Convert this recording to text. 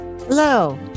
hello